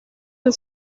del